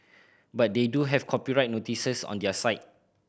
but they do have copyright notices on their site